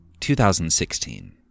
2016